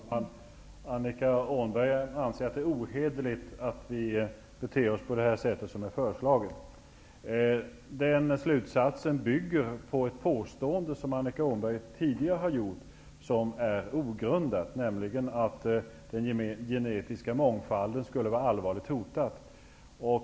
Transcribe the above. Herr talman! Annika Åhnberg anser att det är ohederligt att bete sig på det föreslagna sättet. Den slutsatsen bygger på ett tidigare ogrundat påstående från Annika Åhnberg, nämligen att den genetiska mångfalden skulle vara allvarligt hotad.